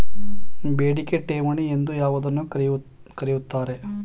ಬೇಡಿಕೆ ಠೇವಣಿ ಎಂದು ಯಾವುದನ್ನು ಕರೆಯುತ್ತಾರೆ?